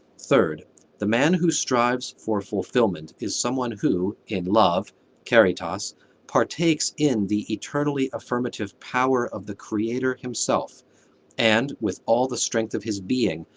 third the man who strives for fulfillment is someone who in love caritas partakes in the eternally affirmative power of the creator himself and, with all the strength of his being,